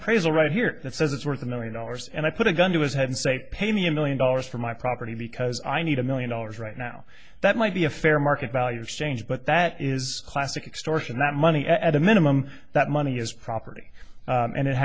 appraisal right here that says it's worth a million dollars and i put a gun to his head and say pay me a million dollars for my property because i need a million dollars right now that might be a fair market value of change but that is a classic extortion that money at a minimum that money is property and it